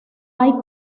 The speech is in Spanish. hay